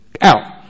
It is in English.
out